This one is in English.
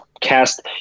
cast –